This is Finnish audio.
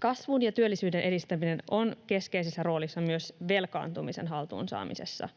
Kasvun ja työllisyyden edistäminen on keskeisessä roolissa myös velkaantumisen haltuun saamisessa.